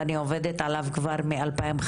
ואני עובדת עליו כבר מ-2015.